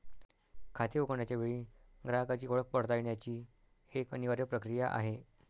खाते उघडण्याच्या वेळी ग्राहकाची ओळख पडताळण्याची एक अनिवार्य प्रक्रिया आहे